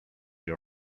your